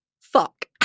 fuck